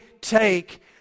take